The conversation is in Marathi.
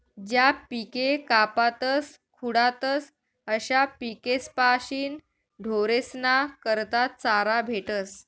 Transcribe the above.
ज्या पिके कापातस खुडातस अशा पिकेस्पाशीन ढोरेस्ना करता चारा भेटस